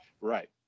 right